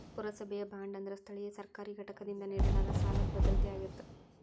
ಪುರಸಭೆಯ ಬಾಂಡ್ ಅಂದ್ರ ಸ್ಥಳೇಯ ಸರ್ಕಾರಿ ಘಟಕದಿಂದ ನೇಡಲಾದ ಸಾಲದ್ ಭದ್ರತೆಯಾಗಿರತ್ತ